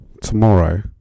tomorrow